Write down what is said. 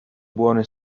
buone